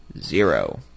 Zero